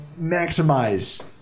maximize